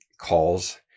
calls